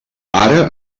ara